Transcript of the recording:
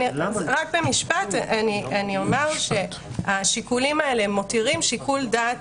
רק במשפט אני אומר שהשיקולים אלה הם מותירים שיקול דעת